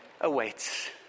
awaits